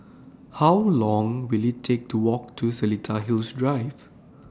How Long Will IT Take to Walk to Seletar Hills Drive